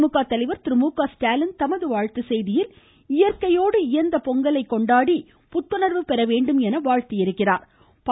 திமுக தலைவர் திரு மு க ஸ்டாலின் தமது வாழ்த்து செய்தியில் இயற்கையோடு இயைந்த பொங்கலை கொண்டாடி புத்துணர்வு பெற வேண்டும் என வாழ்த்தியுள்ளார்